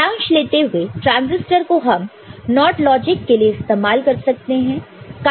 सारांश लेते हुए ट्रांजिस्टर को हम NOT लॉजिक के लिए इस्तेमाल कर सकते हैं